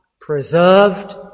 preserved